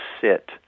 sit